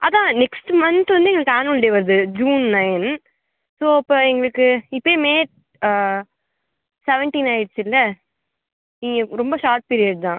அதான் next month வந்து எங்களுக்கு ஆன்வல் டே வருது ஜுன் நைன் ஸோ அப்போ எங்களுக்கு இப்போயே மே செவன்ட்டீன் ஆயிடுச்சுல இ ரொம்ப ஷார்ட் பீரியட் தான்